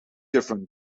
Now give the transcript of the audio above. different